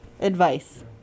advice